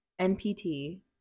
NPT